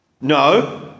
No